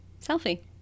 selfie